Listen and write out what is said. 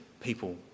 people